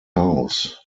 house